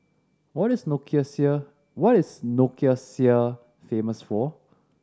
what is Nicosia what is Nicosia famous for